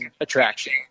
attraction